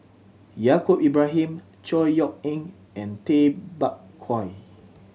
Yaacob Ibrahim Chor Yeok Eng and Tay Bak Koi